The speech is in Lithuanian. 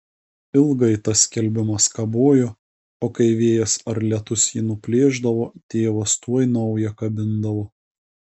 ilgai tas skelbimas kabojo o kai vėjas ar lietus jį nuplėšdavo tėvas tuoj naują kabindavo